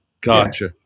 gotcha